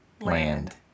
Land